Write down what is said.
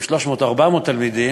עם 300 או 400 תלמידים,